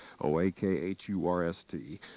O-A-K-H-U-R-S-T